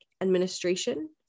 administration